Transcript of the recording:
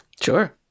Sure